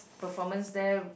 performance there